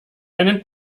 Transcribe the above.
einen